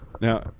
Now